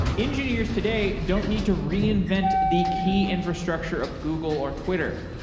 engineers today don't need to reinvent the key infrastructure of google or twitter.